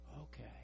Okay